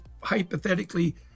hypothetically